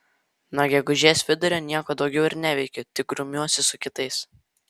nuo gegužės vidurio nieko daugiau ir neveikiu tik grumiuosi su kitais